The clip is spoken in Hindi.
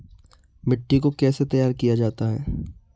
मिट्टी को कैसे तैयार किया जाता है?